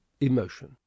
Emotion